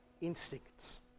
instincts